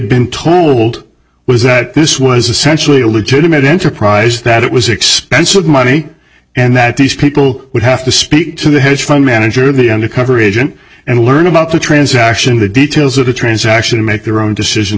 been told was that this was essentially a legitimate enterprise that it was expensive money and that these people would have to speak to the hedge fund manager the undercover agent and learn about the transaction the details of the transaction to make their own decisions